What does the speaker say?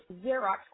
Xerox